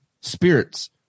spirits